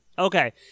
Okay